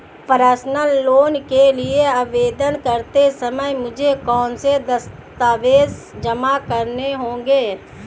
Personal loan के लिए आवेदन करते समय मुझे कौन से दस्तावेज़ जमा करने होंगे?